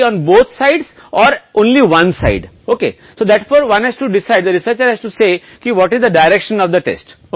इसलिए यह तय करना होगा कि परीक्षण की दिशा क्या है आपको महत्व स्तर ढूंढना है अब महत्व स्तर क्या है